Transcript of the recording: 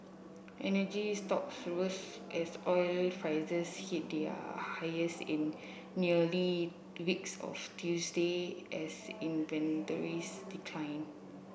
energy stock as oil prices hit their highest in nearly two weeks of Tuesday as inventories declined